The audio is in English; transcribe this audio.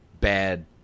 bad